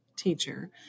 teacher